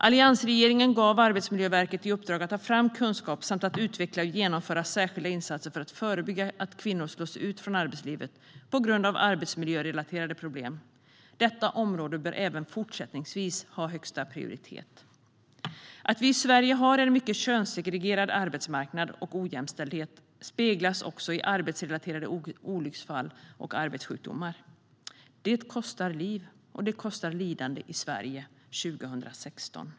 Alliansregeringen gav Arbetsmiljöverket i uppdrag att ta fram kunskap samt att utveckla och genomföra särskilda insatser för att förebygga att kvinnor slås ut från arbetslivet på grund av arbetsmiljörelaterade problem. Detta område bör även fortsättningsvis ha högsta prioritet. Att vi i Sverige har en mycket könssegregerad arbetsmarknad samt ojämställdhet speglas också i arbetsrelaterade olycksfall och arbetssjukdomar. Detta kostar liv och orsakar lidande i Sverige 2016.